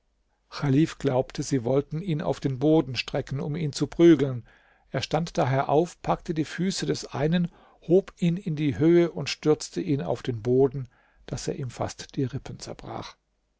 glaubte sie wollten ihn auf den boden strecken um ihn zu prügeln er stand daher auf packte die füße des einen hob ihn in die höhe und stürzte ihn auf den boden daß er ihm fast die rippen zerbrach